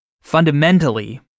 Fundamentally